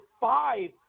five